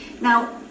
Now